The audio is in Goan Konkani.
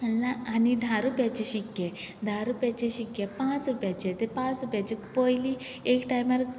आनी धा रुपयाचे शिक्के धा रुपयाचे शिक्के पांच रुपयाचे ते पांच रुपयाचे पयलीं एक टायमार